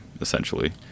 essentially